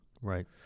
Right